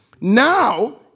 Now